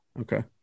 Okay